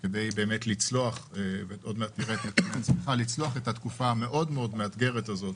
כדי לצלוח את התקופה המאוד מאתגרת הזאת